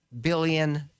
billion